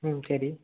ம் சரி